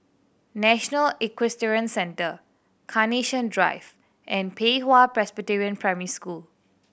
National Equestrian Centre Carnation Drive and Pei Hwa Presbyterian Primary School